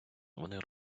вони